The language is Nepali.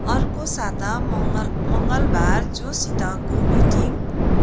अर्को साता मङ्गल मङ्गलवार जोसितको मिटिङ